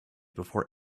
before